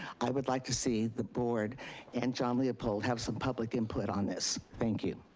i would like to see the board and john leopold have some public input on this. thank you.